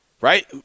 right